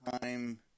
time